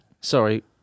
sorry